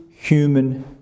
human